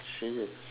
see